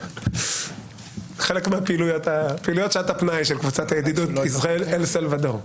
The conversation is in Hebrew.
חלק מהפעילויות של שעות הפנאי של קבוצת הידידות ישראל-אל סלבדור.